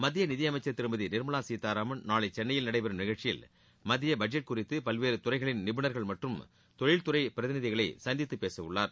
மத்திய நிதியமைச்சர் திருமதி நிர்மலா கீதாராமன் நாளை சென்னையில் நடைபெறம் நிகழ்ச்சியில் மத்திய பட்ஜெட் குறித்து பல்வேறு துறைகளின் நிபுணர்கள் மற்றும் தொழில்துறை பிரதிநிதிகளை சந்தித்து பேசவுள்ளார்